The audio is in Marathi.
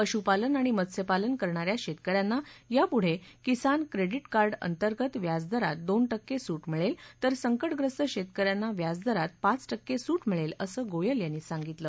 पशुपालन आणि मत्स्यपालन करणा या शेतक यांना यापुढे किसान क्रेडिट कार्ड अंतर्गत व्याजदरात दोन टक्के सूट मिळेल तर संकटग्रस्त शेतक यांना व्याजदरात पाच टक्के सूट मिळेल असं गोयल यांनी सांगितलं